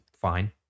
fine